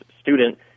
student